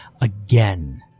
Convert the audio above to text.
again